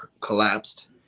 collapsed